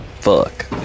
Fuck